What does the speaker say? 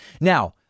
Now